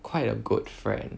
quite a good friend